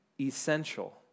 essential